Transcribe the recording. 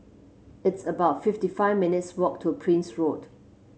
it's about fifty five minutes' walk to Prince Road